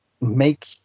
make